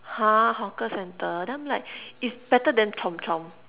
!huh! hawker centre then I'm like it's better than chomp-chomp